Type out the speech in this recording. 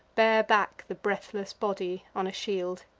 bear back the breathless body on a shield.